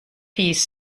piece